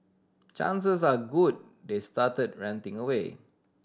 chances are good they started ranting away